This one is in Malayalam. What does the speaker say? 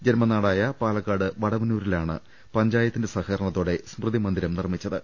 ജന്മനാടായ പാലക്കാട് വടവന്നൂരിലാണ് പഞ്ചായത്തിന്റെ സഹകരണത്തോടെ സ്മൃതി മന്ദിരം നിർമ്മിച്ചത്